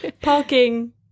Parking